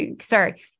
Sorry